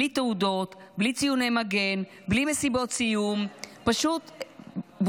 בלי תעודות, בלי ציוני מגן, בלי מסיבות סיום.